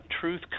truth